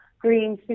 green